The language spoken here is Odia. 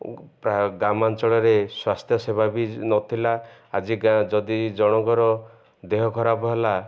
ପ୍ରାୟ ଗ୍ରାମାଞ୍ଚଳରେ ସ୍ୱାସ୍ଥ୍ୟ ସେବା ବି ନଥିଲା ଆଜି ଯଦି ଜଣଙ୍କର ଦେହ ଖରାପ ହେଲା